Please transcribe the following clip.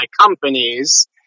companies